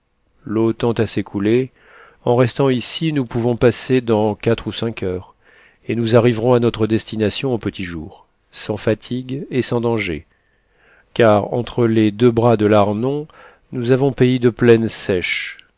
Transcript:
l'eau tend à s'écouler en restant ici nous pouvons passer dans quatre ou cinq heures et nous arriverons à notre destination au petit jour sans fatigue et sans danger car entre les deux bras de l'arnon nous avons pays de plaine sèche